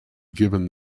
given